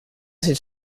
acid